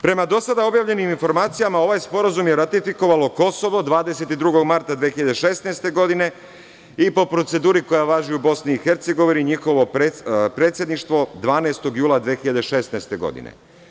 Prema do sada objavljenim informacijama, ovaj Sporazum je ratifikovalo Kosovo 22. marta 2016. godine i po proceduri koja je važi u BiH njihovo predsedništvo 12. jula 2016. godine.